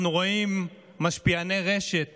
אנחנו רואים משפיעני רשת